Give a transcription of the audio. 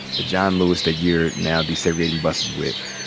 the john lewis that you're now desegregating buses with,